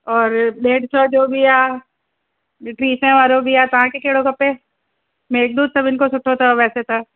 और ॾेढ सौ जो बि आहे टी सै वारो बि आहे तव्हांखे कहिड़ो खपे मेघदूत सभिनि खां सुठो अथव वैसे त